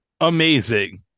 Amazing